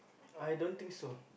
I don't think so